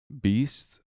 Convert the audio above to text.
beast